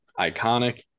Iconic